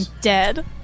dead